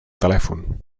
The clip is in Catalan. telèfon